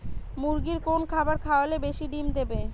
মুরগির কোন খাবার খাওয়ালে বেশি ডিম দেবে?